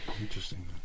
Interesting